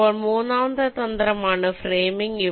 ഇപ്പോൾ മൂന്നാമത്തെ തന്ത്രമാണ് ഫ്രെയിമിംഗ്